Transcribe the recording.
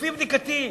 לפי בדיקתי,